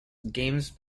games